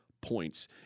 points